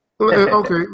Okay